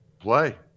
play